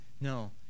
no